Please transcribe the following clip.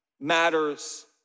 matters